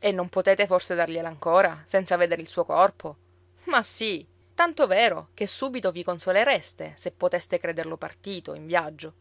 e non potete forse dargliela ancora senza vedere il suo corpo ma sì tanto vero che subito vi consolereste se poteste crederlo partito in viaggio